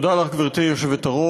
תודה לך, גברתי היושבת-ראש.